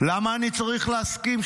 למה אני צריך להסכים?